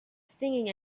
singing